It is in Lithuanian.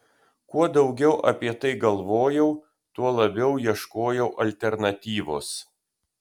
kuo daugiau apie tai galvojau tuo labiau ieškojau alternatyvos